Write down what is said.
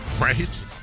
Right